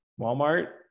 Walmart